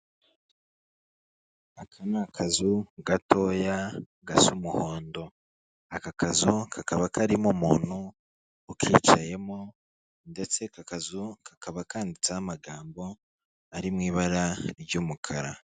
Aka ni akazu gatoya gasa umuhondo, aka kazu kakaba karimo umuntu ukicayemo ndetse akakazu kakaba kanditseho amagambo ari mu ibara ry'umukara.